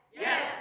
Yes